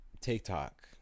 tiktok